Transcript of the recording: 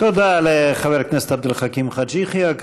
תודה לחבר הכנסת עבד אל חכים חאג' יחיא.